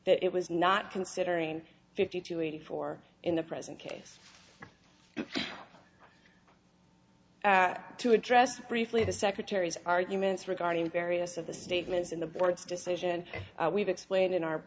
that it was not considering fifty to eighty four in the present case to address briefly the secretary's arguments regarding various of the statements in the board's decision and we've explained in our